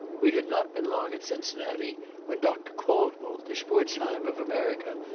we had not been long at cincinnati when dr. caldwell, the spurzheim of america,